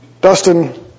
Dustin